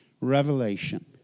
revelation